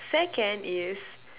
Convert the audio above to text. second is